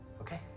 Okay